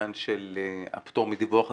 לעניין של הפטור מדיווח הזה,